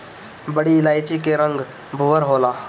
बड़ी इलायची के रंग भूअर होला